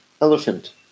elephant